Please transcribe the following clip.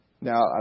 Now